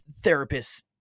therapists